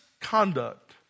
conduct